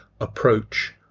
approach